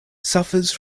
suffers